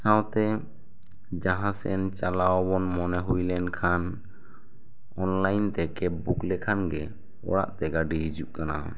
ᱥᱟᱶᱛᱮ ᱡᱟᱦᱟᱸ ᱥᱮᱱ ᱪᱟᱞᱟᱣ ᱵᱚᱱ ᱢᱚᱱᱮ ᱦᱩᱭ ᱞᱮᱱ ᱠᱷᱟᱱ ᱚᱱᱞᱟᱭᱤᱱ ᱛᱮᱜᱮ ᱵᱩᱠ ᱞᱮᱠᱷᱟᱱ ᱜᱮ ᱚᱲᱟᱜ ᱛᱮ ᱜᱟᱹᱰᱤ ᱦᱤᱡᱩᱜ ᱠᱟᱱᱟ